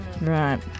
Right